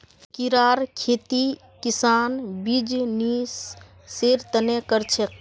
कीड़ार खेती किसान बीजनिस्सेर तने कर छे